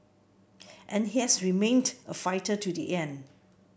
and he has remained a fighter to the end